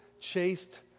chased